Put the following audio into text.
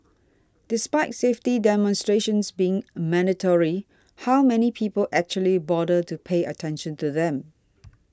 despite safety demonstrations being mandatory how many people actually bother to pay attention to them